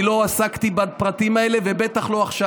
אני לא עסקתי בפרטים האלה, ובטח לא עכשיו.